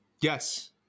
Yes